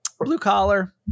blue-collar